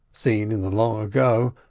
seen in the long ago,